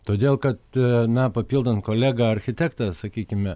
todėl kad na papildant kolegą architektą sakykime